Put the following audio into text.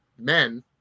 men